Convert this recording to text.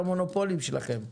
הסתכלתי על רשימת המונופולים שלכם.